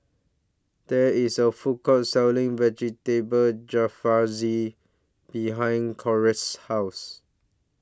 There IS A Food Court Selling Vegetable Jalfrezi behind Corrine's House